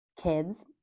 Kids